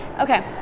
okay